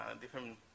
different